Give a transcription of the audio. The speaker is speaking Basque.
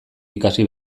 ikasi